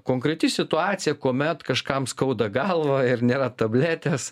konkreti situacija kuomet kažkam skauda galvą ir nėra tabletės